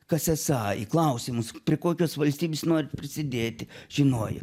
kas esą į klausimus prie kokios valstybės norit prisidėti žinojo